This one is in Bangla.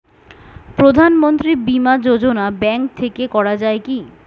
প্রধানমন্ত্রী বিমা যোজনা ব্যাংক থেকে করা যায় কি?